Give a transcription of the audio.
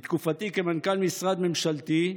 בתקופתי כמנכ"ל משרד ממשלתי,